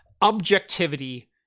objectivity